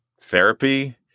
therapy